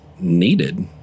needed